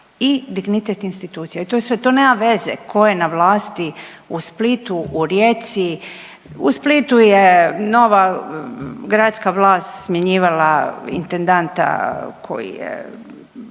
i dignitet institucija i to je sve, to nema veze tko je na vlasti u Splitu, u Rijeci, u Splitu je nova gradska vlast smjenjivala intendanta koji je